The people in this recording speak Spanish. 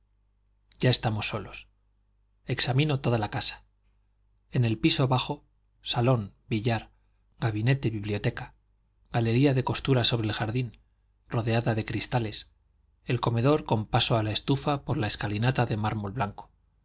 ya estamos solos examino toda la casa en el piso bajo salón billar gabinete biblioteca galería de costura sobre el jardín rodeada de cristales el comedor con paso a la estufa por la escalinata de mármol blanco